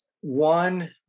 one